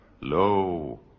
Lo